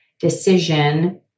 decision